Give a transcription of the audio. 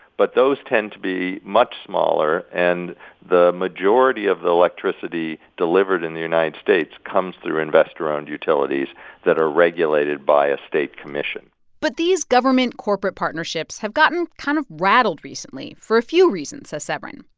but those tend to be much smaller, and the majority of the electricity delivered in the united states comes through investor-owned utilities that are regulated by a state commission but these government-corporate partnerships have gotten kind of rattled recently for a few reasons, says severin.